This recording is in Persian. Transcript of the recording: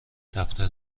دفتر